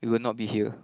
we will not be here